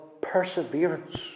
perseverance